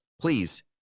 please